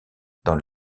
dans